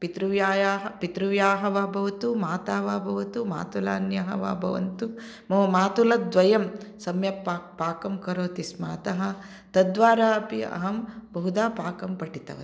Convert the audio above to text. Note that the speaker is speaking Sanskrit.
पितृव्यायाः पितृव्याः वा भवतु माता वा भवतु मातुलान्यः वा भवन्तु मम मातुलद्वयं सम्यक् पा पाकं करोति स्म अतः तद्वारा अपि अहं बहुधा पाकं पठितवती